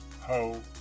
ho